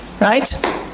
right